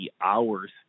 hours